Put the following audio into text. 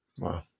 Wow